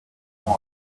won